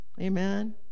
Amen